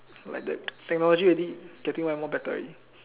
like the technology already getting more and more better already